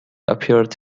appeared